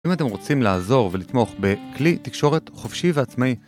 אם אתם רוצים לעזור ולתמוך בכלי תקשורת חופשי ועצמאי